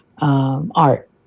art